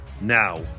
now